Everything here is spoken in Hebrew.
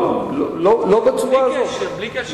בלי קשר.